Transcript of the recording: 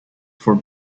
for